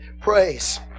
praise